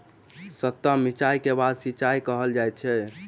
सतह सिचाई के बाढ़ सिचाई कहल जाइत अछि